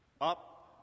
up